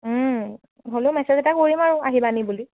হ'লেও মেছেজ এটা কৰিম আৰু আহিব নি বুলি